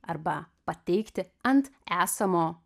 arba pateikti ant esamo